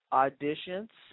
auditions